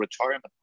retirement